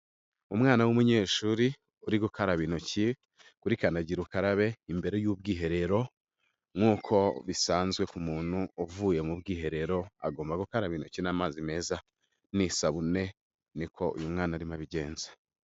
Umwana w'umunyeshuri, uri gukaraba intoki kuri kdagira ukarabe imbere y'ubwiherero nk'uko bisanzwe ku muntu uvuye mu bwiherero, agomba gukaraba intoki n'amazi meza n'isabune, niko uyu mwana arimo abigenza.